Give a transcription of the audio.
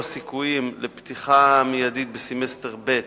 הסיכויים לפתיחה מיידית בסמסטר ב',